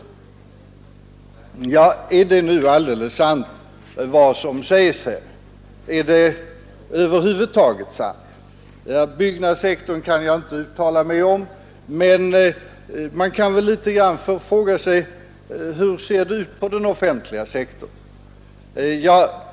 Är det nu alldeles säkert, vad som säges här? Är det över huvud taget sant? Byggnadssektorn kan jag inte uttala mig om, men man kan fråga: Hur förhåller det sig på den offentliga sektorn?